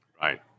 right